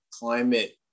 climate